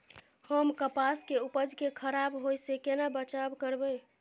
हम कपास के उपज के खराब होय से केना बचाव करबै?